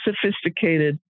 sophisticated